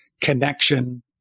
connection